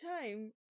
time